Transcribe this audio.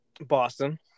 Boston